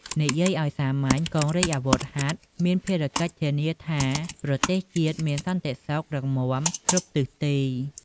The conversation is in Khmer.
និយាយឲ្យសាមញ្ញ កងរាជអាវុធហត្ថមានភារកិច្ចធានាថាប្រទេសជាតិមានសន្តិសុខរឹងមាំគ្រប់ទិសទី។